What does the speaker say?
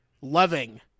loving